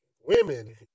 Women